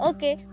Okay